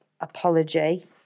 apology